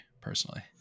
personally